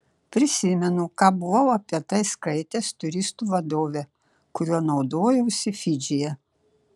prisimenu ką buvau apie tai skaitęs turistų vadove kuriuo naudojausi fidžyje